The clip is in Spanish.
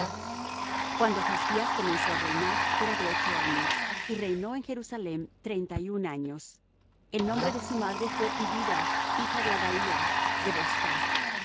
cuando josías comenzó á reinar era de ocho años y reinó en jerusalem treinta y un años el nombre de su madre fué idida hija de adaía de